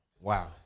Wow